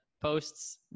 Posts